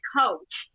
coach